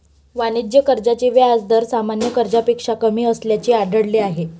वाणिज्य कर्जाचे व्याज दर सामान्य कर्जापेक्षा कमी असल्याचे आढळले आहे